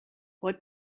what